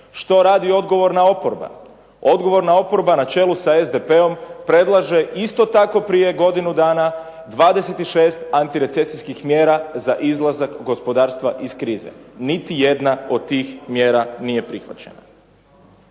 Što radi odgovorna oporba? Odgovorna oporba na čelu sa SDP-om predlaže isto tako prije godinu dana 26 antirecesijskih mjera za izlazak gospodarstva iz krize. Niti jedna od tih mjera nije prihvaćena.